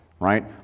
Right